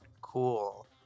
cool